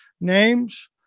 names